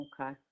Okay